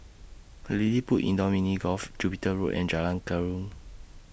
LilliPutt Indoor Mini Golf Jupiter Road and Jalan Keruing